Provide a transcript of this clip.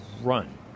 run